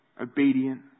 obedient